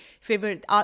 favorite